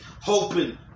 hoping